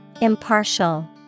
Impartial